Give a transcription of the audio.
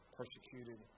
persecuted